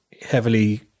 heavily